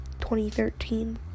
2013